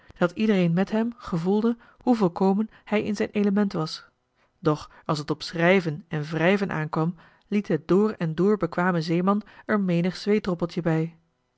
dat iedereen met hem gevoelde hoe volkomen hij in zijn element was doch als het op schrijven en wrijven aankwam liet de door en door bekwame zeeman er menig zweetdroppeltje bij